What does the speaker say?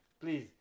Please